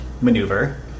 maneuver